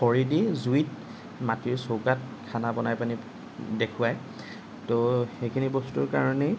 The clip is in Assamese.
খৰি দি জুইত মাটিৰ চৌকাত খানা বনাই পিনি দেখুৱায় ত' সেইখিনি বস্তুৰ কাৰণেই